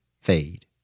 fade